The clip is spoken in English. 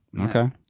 Okay